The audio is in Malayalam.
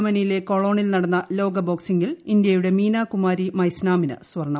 ജർമ്മനിയിലെ കോളോണിൽ നടന്ന ലോക ബോക്സിംഗിൽ ഇന്ത്യയുടെ മീനാകുമാരി മൈസ്നാമിന് സ്വർണ്ണം